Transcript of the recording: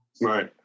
Right